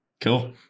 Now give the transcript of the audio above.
Cool